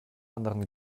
anderen